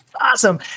Awesome